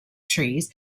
trees